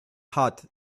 hot